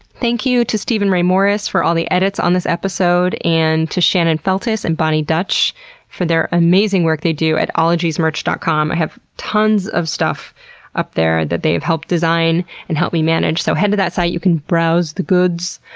thank you to steven ray morris for all the edits on this episode, and to shannon feltus and boni dutch for their amazing work they do at ologiesmerch dot com i have tons of stuff up there that they have helped design and help me manage so head to that site. you can browse the goods.